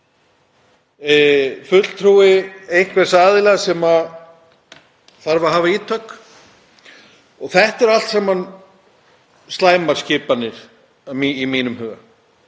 fulltrúi einhvers aðila sem þarf að hafa ítök. Þetta eru allt saman slæmar skipanir í mínum huga.